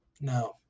No